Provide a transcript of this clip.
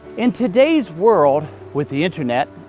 in today's world with the internet,